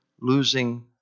losing